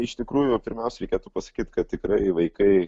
iš tikrųjų pirmiausia reikėtų pasakyt kad tikrai vaikai